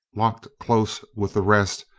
locked close with the rest,